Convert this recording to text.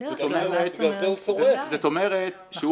זאת אומרת,